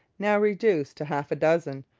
now reduced to half a dozen,